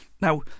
Now